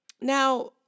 Now